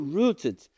rooted